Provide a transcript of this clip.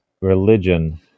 religion